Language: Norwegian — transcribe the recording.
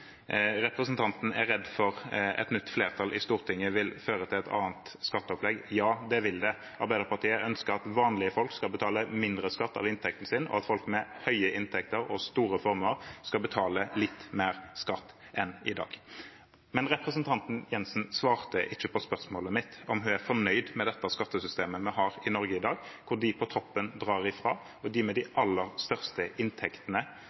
Representanten er redd for at et nytt flertall i Stortinget vil føre til et annet skatteopplegg. Ja, det vil det. Arbeiderpartiet ønsker at vanlige folk skal betale mindre skatt av inntekten sin, og at folk med høye inntekter og store formuer skal betale litt mer skatt enn i dag. Men representanten Jensen svarte ikke på spørsmålet mitt – om hun er fornøyd med det skattesystemet vi har i Norge i dag, hvor de på toppen drar ifra, og de med de aller største inntektene